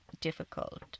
difficult